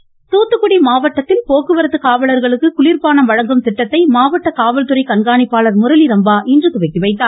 க்க்க்க்க இருவரி தூத்துக்குடி மாவட்டத்தில் போக்குவரத்து காவலர்களுக்கு குளிர்பானம் வழங்கும் திட்டத்தை மாவட்ட காவல்துறை கண்காணிப்பாளர் முரளிரம்பா இன்று துவக்கிவைத்தார்